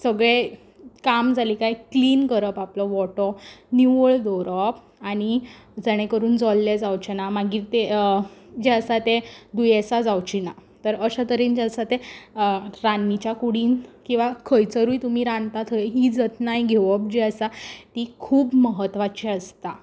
सगळें काम जालें काय क्लीन करप आपलो ओठो निवळ दवरप आनी जाणें करून जोल्ले जावचे ना मागीर तें जें आसा तें दुयेंसां जावचीं ना तर अश्या तरेन जें आसा तें रान्नीच्या कुडींत किंवां खंयसरूय तुमी रांदता थंय ही जतनाय घेवप जी आसा ती खूब म्हत्वाची आसता